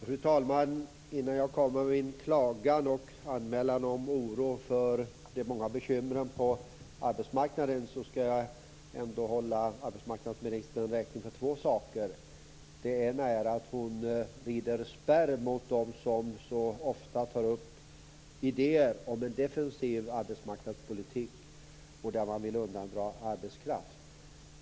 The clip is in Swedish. Fru talman! Innan jag kommer med min klagan och anmälan om oro för de många bekymren på arbetsmarknaden skall jag ändå hålla arbetsmarknadsministern räkning för två saker. Den ena är att hon rider spärr mot dem som så ofta tar upp idéer om en defensiv arbetsmarknadspolitik, där man vill undandra arbetskraft.